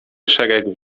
szereg